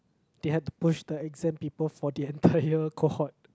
they had to push the exam paper for the entire cohort